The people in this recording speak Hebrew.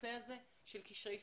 בנושא הזה של קשרי ישראל-תפוצות.